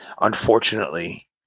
unfortunately